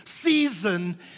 season